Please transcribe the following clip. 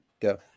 Go